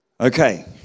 Okay